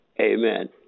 Amen